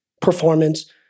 performance